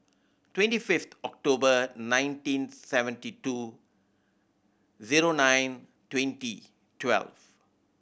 twenty fifth October nineteen seventy two zero nine twenty twelve